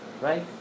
right